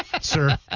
sir